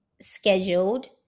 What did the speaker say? Scheduled